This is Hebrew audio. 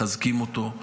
מחזקים אותו,